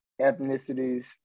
ethnicities